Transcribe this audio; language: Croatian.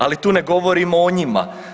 Ali, tu ne govorimo o njima.